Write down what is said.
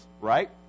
right